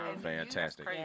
Fantastic